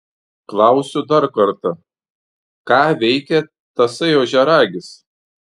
klausiu dar kartą ką veikia tasai ožiaragis